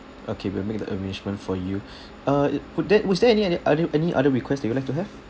okay we'll make the arrangement for you uh it would that was there any any other any other request that you would like to have